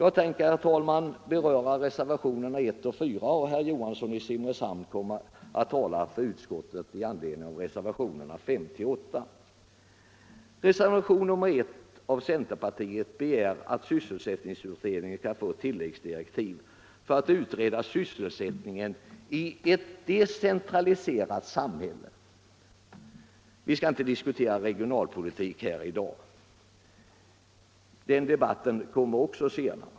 Jag tänker, herr talman, beröra reservationerna 1-4, medan herr Johansson i Simrishamn kommer att tala för utskottsmajoriteten i anledning av reservationerna 5-8. I reservationen I av centerpartiets ledamöter begärs att sysselsättningsutredningen skall få tilläggsdirektiv för att utreda sysselsättningen i ett decentraliserat samhälle. Vi skall inte diskutera regionalpolitik här i dag. Också den debatten kommer att föras senare.